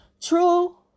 True